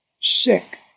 sick